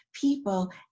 people